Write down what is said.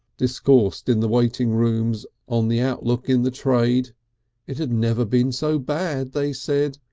discoursed in the waiting-rooms on the outlook in the trade it had never been so bad, they said,